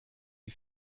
die